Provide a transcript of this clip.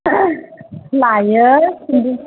लायो